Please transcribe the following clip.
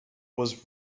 was